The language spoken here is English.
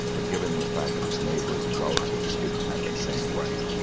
but given the fact that his neighbors and relatives didn't have that same right.